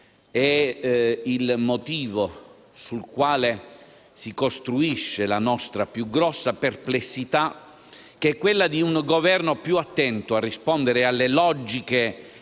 è il motivo sul quale si costruisce la nostra più grande perplessità, che è quella che il Governo sia più attento a rispondere alle logiche